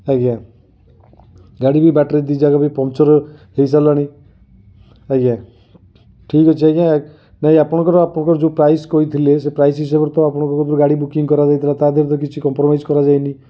ଆଜ୍ଞା ଗାଡ଼ି ବି ବାଟରେ ଦୁଇ ଜାଗାରେ ପଂଚର ହେଇ ସାରିଲାଣି ଆଜ୍ଞା ଠିକ୍ ଅଛି ଆଜ୍ଞା ନାହିଁ ଆପଣଙ୍କର ଆପଣଙ୍କର ଯେଉଁ ପ୍ରାଇସ୍ କହିଥିଲେ ସେ ପ୍ରାଇସ୍ ହିସାବରେ ତ ଆପଣଙ୍କ ଠୁ ଯେଉଁ ଗାଡ଼ି ବୁକିଙ୍ଗ କରାଯାଇଥିଲା ତାଦିହରେ ତ କିଛି କମ୍ପ୍ରମାଇଜ କରାଯାଇନି